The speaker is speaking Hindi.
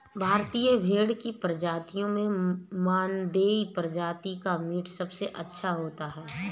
भारतीय भेड़ की प्रजातियों में मानदेय प्रजाति का मीट सबसे अच्छा होता है